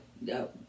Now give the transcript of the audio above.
no